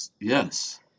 Yes